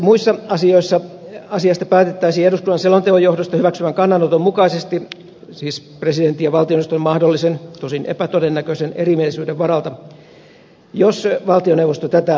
muissa asioissa asiasta päätettäisiin eduskunnan selonteon johdosta hyväksymän kannanoton mukaisesti siis presidentin ja valtioneuvoston mahdollisen tosin epätodennäköisen erimielisyyden varalta jos valtioneuvosto tätä ehdottaa